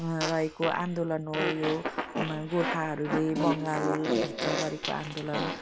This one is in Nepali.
रहेको आन्दोलन हो यो गोर्खाहरूले बङ्गालभित्र गरेको आन्दोलन